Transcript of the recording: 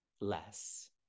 less